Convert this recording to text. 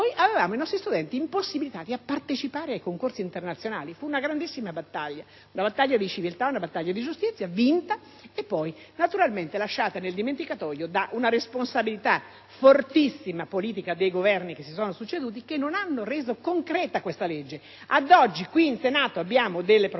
noi avevamo i nostri studenti impossibilitati a partecipare ai concorsi internazionali. Fu una grandissima battaglia: una battaglia di civiltà, una battaglia di giustizia, vinta e poi naturalmente caduta nel dimenticatoio per responsabilità politica fortissima dei Governi che si sono succeduti che non hanno dato attuazione concreta a quella legge. Ad oggi qui, in Senato, abbiamo delle proposte